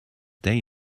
they